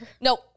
No